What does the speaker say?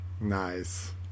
Nice